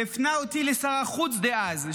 שהפנה אותי לשר החוץ דאז,